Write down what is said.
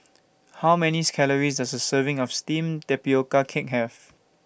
How Many Calories Does A Serving of Steamed Tapioca Cake Have